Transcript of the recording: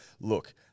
look